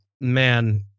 man